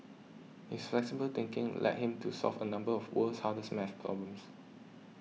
his flexible thinking led him to solve a number of world's hardest math problems